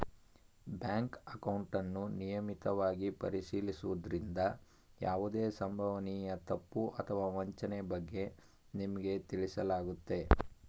bank ಅಕೌಂಟನ್ನು ನಿಯಮಿತವಾಗಿ ಪರಿಶೀಲಿಸುವುದ್ರಿಂದ ಯಾವುದೇ ಸಂಭವನೀಯ ತಪ್ಪು ಅಥವಾ ವಂಚನೆ ಬಗ್ಗೆ ನಿಮ್ಗೆ ತಿಳಿಸಲಾಗುತ್ತೆ